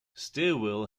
stilwell